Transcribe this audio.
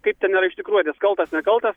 kaip ten yra iš tikrųjų kaltas nekaltas